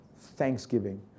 Thanksgiving